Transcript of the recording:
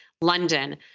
London